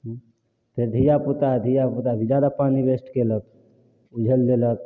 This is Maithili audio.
फेर धियापुता धियापुता तऽ जादा पानीि वेस्ट केलक उझलि देलक